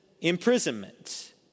imprisonment